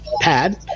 pad